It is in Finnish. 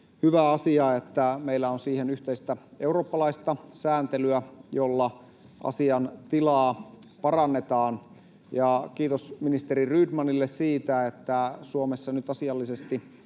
hyvä asia, että meillä on siihen yhteistä eurooppalaista sääntelyä, jolla asiantilaa parannetaan. Kiitos ministeri Rydmanille siitä, että Suomessa nyt asiallisesti